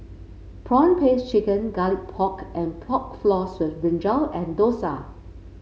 prawn paste chicken Garlic Pork and Pork Floss with brinjal and dosa